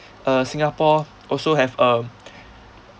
uh singapore also have a